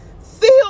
feel